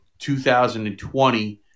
2020